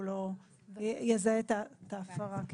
ההפרה.